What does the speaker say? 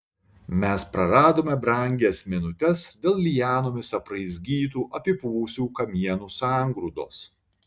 mes praradome brangias minutes dėl lianomis apraizgytų apipuvusių kamienų sangrūdos